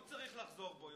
הוא צריך לחזור בו.